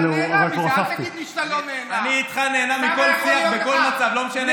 אז צריך להשתגע, בוא עכשיו נשרוף את הכנסת?